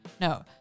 no